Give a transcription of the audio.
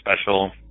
special